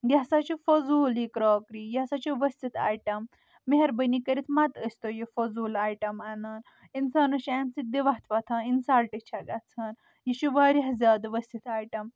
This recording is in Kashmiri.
یہِ ہسا چھُ فضوٗل یہِ کراکٕری یہِ ہسا چھُ ؤسِتھ ایٹم مہربٲنی کٔرتھ متہٕ ٲسۍ تو یہِ فضوٗل ایٹم انان انسانس چھِ امہِ سۭتۍ دِوتھ وتھان انسلٹ چھےٚ گژھان یہِ چھُ واریاہ زیادٕ ؤسِتھ ایٹم